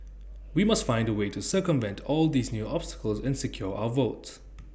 we must find A way to circumvent all these new obstacles and secure our votes